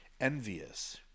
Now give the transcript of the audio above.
envious